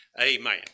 Amen